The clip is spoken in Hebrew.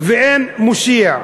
ואין מושיע.